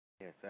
Yes